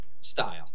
style